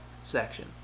section